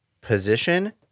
position